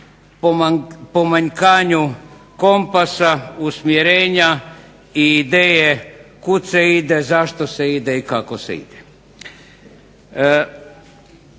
pomanjkanju kompasa, usmjerenja i ideje kuda se ide, zašto se ide i kako se ide.